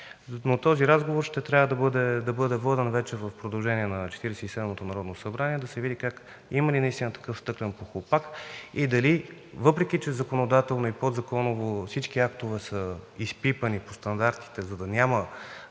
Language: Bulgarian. Но този разговор вече ще трябва да бъде воден в продължение на Четиридесет и седмото народно събрание, за да се види има ли наистина такъв стъклен похлупак и дали въпреки че законодателно и подзаконово всички актове са изпипани по стандартите, за да няма